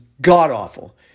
god-awful